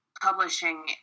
publishing